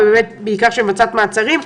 בעיקר כשהיא מבצעת מעצרים.